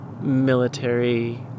military